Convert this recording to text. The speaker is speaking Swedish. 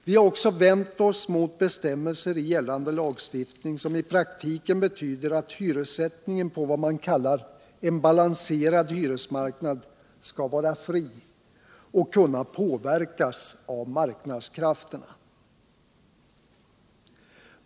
Vi har också vänt oss mot bestämmelser i gällande lagstiftning som i praktiken betyder att hyressättningen på vad man kallar en balanserad hyresmarknad skall vara fri och kunna påverkas av marknadskrafterna.